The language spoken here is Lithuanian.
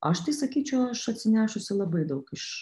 aš tai sakyčiau aš atsinešusi labai daug iš